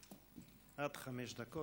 עד חמש דקות